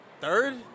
Third